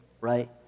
right